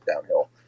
downhill